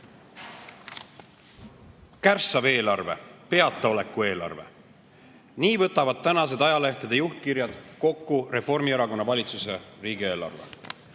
Kärssav eelarve, peataoleku eelarve – nii võtavad tänased ajalehtede juhtkirjad kokku Reformierakonna valitsuse riigieelarve.